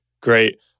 Great